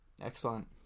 excellent